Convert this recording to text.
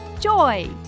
joy